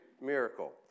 miracle